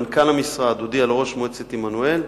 מנכ"ל המשרד הודיע לראש מועצת עמנואל,